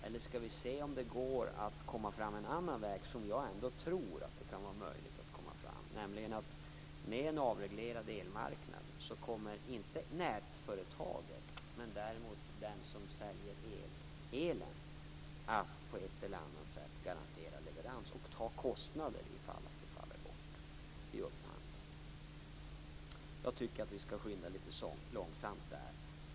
Eller skall vi se om det går att komma fram en annan väg som jag tror kan vara möjlig, nämligen att med en avreglerad elmarknad kommer inte nätföretaget, utan däremot den som säljer elen att på ett eller annat sätt garantera leverans och stå för kostnaderna ifall att de faller bort vid upphandling. Jag tycker att vi skall skynda långsamt.